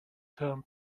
term